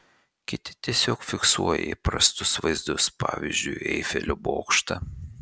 kiti tiesiog fiksuoja įprastus vaizdus pavyzdžiui eifelio bokštą